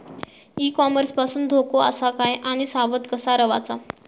E commerce पासून धोको आसा काय आणि सावध कसा रवाचा?